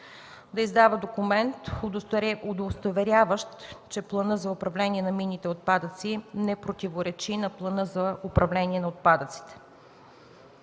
да издава документ, удостоверяващ, че планът за управление на минните отпадъци не противоречи на плана за управление на отпадъците.